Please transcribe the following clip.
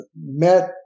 met